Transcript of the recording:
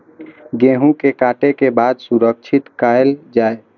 गेहूँ के काटे के बाद सुरक्षित कायल जाय?